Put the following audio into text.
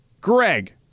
Greg